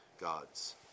God's